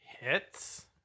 hits